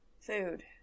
Food